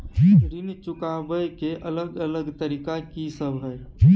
ऋण चुकाबय के अलग अलग तरीका की सब हय?